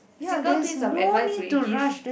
single piece of advice will you give